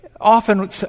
Often